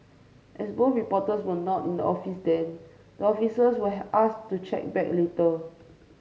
as both reporters were not in the office then the officers were asked to check back later